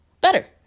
better